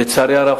לצערי הרב,